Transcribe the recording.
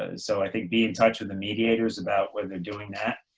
ah so i think be in touch with the mediators about whether they're doing that.